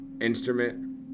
instrument